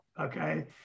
okay